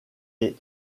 est